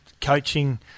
coaching